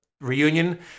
reunion